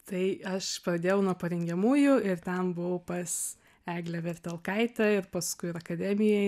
tai aš pradėjau nuo parengiamųjų ir ten buvau pas eglę vertelkaitę ir paskui akademijoj